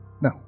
No